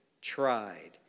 tried